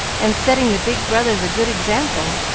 and setting the big brothers a good example.